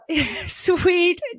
sweet